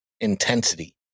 intensity